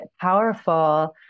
powerful